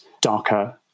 darker